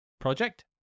project